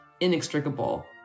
inextricable